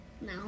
No